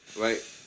right